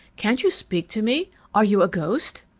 can't you speak to me? are you a ghost?